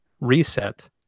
reset